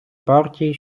партій